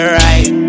right